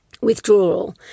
withdrawal